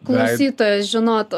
klausytojas žinotų